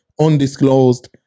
undisclosed